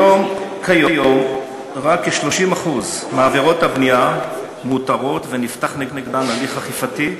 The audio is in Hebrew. כיום רק כ-30% מעבירות הבנייה מאותרות ונפתח נגדן הליך אכיפתי,